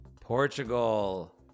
Portugal